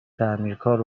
تعمیرکار